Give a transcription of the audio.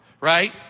right